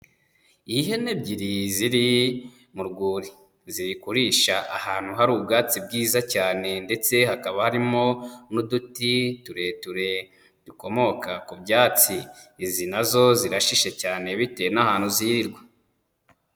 Ihene ebyiri ziri mu rwuri. Ziri kurisha ahantu hari ubwatsi bwiza cyane, ndetse hakaba harimo n'uduti tureture dukomoka ku byatsi. Izi na zo zirashishe cyane bitewe n'ahantu zirirwa.